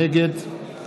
נגד